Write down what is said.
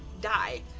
die